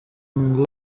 ngo